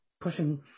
pushing